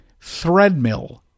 Threadmill